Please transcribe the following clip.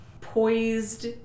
poised